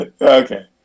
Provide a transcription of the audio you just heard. Okay